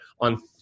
on